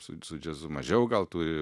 su su džiazu mažiau gal turi